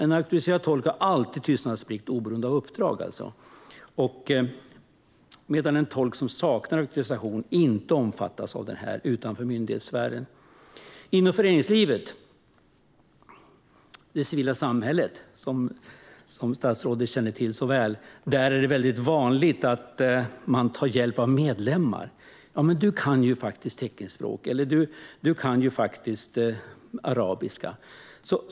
En auktoriserad tolk har alltid tystnadsplikt, oberoende av uppdraget, medan en tolk som saknar auktorisation inte omfattas av det här utanför myndighetssfären. Inom föreningslivet och det civila samhället, som statsrådet så väl känner till, är det väldigt vanligt att man tar hjälp av medlemmar: "Du kan ju faktiskt teckenspråk" eller "du kan ju arabiska".